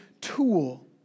tool